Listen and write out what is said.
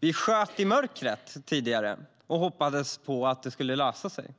Vi sköt i mörkret och hoppades på att det skulle lösa sig.